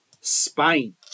Spain